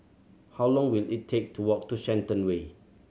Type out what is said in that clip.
how long will it take to walk to Shenton Way